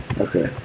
Okay